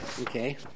okay